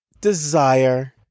desire